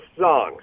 songs